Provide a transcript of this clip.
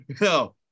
No